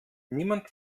niemand